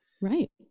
Right